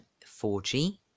4G